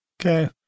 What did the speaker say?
Okay